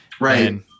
Right